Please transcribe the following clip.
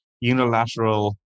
unilateral